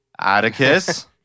Atticus